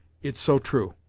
it's so true.